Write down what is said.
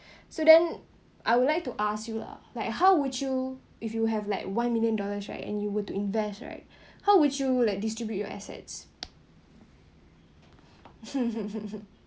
so then I would like to ask you lah like how would you if you have like one million dollars right and you would to invest right how would you like distribute your assets